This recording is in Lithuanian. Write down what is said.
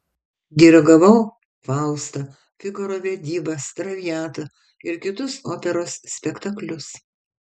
dirigavau faustą figaro vedybas traviatą ir kitus operos spektaklius